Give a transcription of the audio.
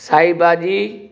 साई भाॼी